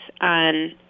on